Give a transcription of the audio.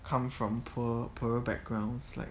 come from poor poorer backgrounds like